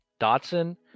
Dotson